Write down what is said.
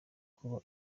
kuba